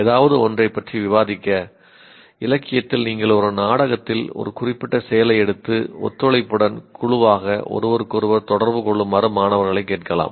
ஏதாவது ஒன்றைப் பற்றி விவாதிக்க இலக்கியத்தில் நீங்கள் ஒரு நாடகத்தில் ஒரு குறிப்பிட்ட செயலை எடுத்து ஒத்துழைப்புடன் குழுவாக ஒருவருக்கொருவர் தொடர்பு கொள்ளுமாறு மாணவர்களைக் கேட்கலாம்